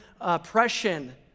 oppression